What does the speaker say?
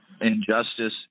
injustice